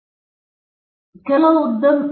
ಆದ್ದರಿಂದ ಆ ವಿಷಯಗಳು ಹಕ್ಕುಸ್ವಾಮ್ಯದ ವಿಷಯವಲ್ಲ